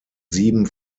sieben